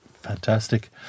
Fantastic